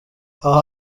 aha